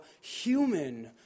human